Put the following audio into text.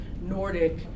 Nordic